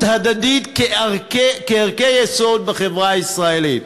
הדדית כערכי יסוד בחברה הישראלית".